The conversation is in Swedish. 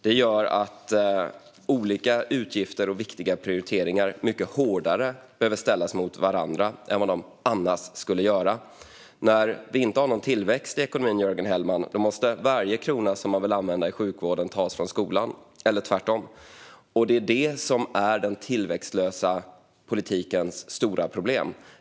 Det gör att olika utgifter och viktiga prioriteringar behöver ställas mycket hårdare mot varandra än annars. När vi inte har någon tillväxt i ekonomin, Jörgen Hellman, måste varje krona man vill använda i sjukvården tas från skolan eller tvärtom. Det är detta som är den tillväxtlösa politikens stora problem.